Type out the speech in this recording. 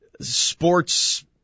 sports